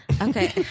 Okay